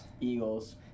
Eagles